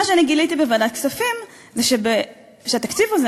מה שאני גיליתי בוועדת הכספים זה שהתקציב הזה,